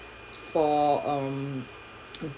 for um